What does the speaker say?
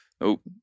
Nope